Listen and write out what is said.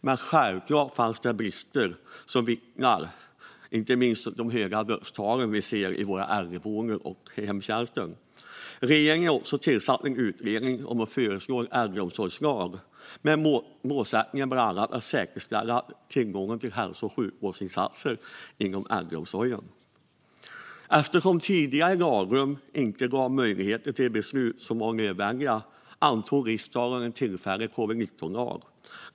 Men självklart fanns det brister, vilket inte minst de höga dödstal vi ser på våra äldreboenden och inom hemtjänsten vittnar om. Regeringen har också tillsatt en utredning om att föreslå en äldreomsorgslag. Målsättningen är bland annat att säkerställa tillgången till hälso och sjukvårdsinsatser inom äldreomsorgen. Eftersom tidigare lagrum inte gav möjlighet till de beslut som var nödvändiga antog riksdagen en tillfällig covid-19-lag.